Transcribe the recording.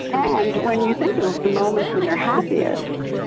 and, when you think of the moments when you're happiest,